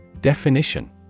Definition